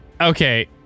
Okay